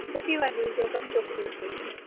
چھوٹی والی جو بچوں کے لیے چاہیے